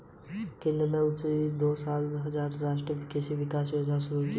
केंद्र ने उनतीस मई दो हजार सात में राष्ट्रीय कृषि विकास योजना की शुरूआत की